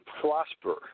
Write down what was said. prosper